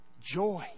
Joy